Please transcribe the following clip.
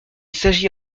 s’agit